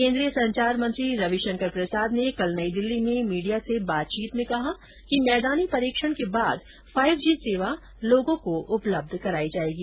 केन्द्रीय संचार मंत्री रविशंकर प्रसाद ने कल नई दिल्ली में मीडिया से बातचीत में कहा कि मैदानी परीक्षण के बाद फाइव जी सेवा लोगों को उपलब्ध कराई जायेगी